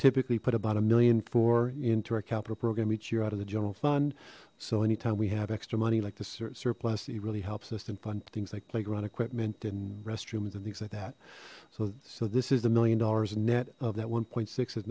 typically put about a million four into our capital program each year out of the general fund so anytime we have extra money like the surplus it really helps us to fund things like playground equipment and restrooms and things like that so this is the million dollars net of that one point six